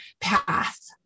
path